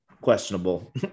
questionable